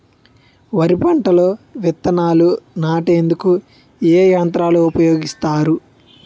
వరి పంటలో విత్తనాలు నాటేందుకు ఏ యంత్రాలు ఉపయోగిస్తారు?